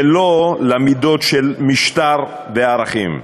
ולא למידות של משטר וערכים.